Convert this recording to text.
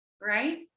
right